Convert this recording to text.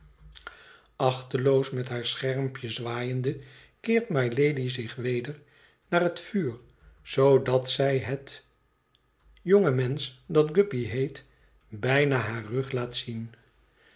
achteloos met haar schermpje zwaaiende keert mylady zich weder naar het vuur zoodat het verlaten huis zij het jonge mensch dat guppy heet bijna daar rug laat zien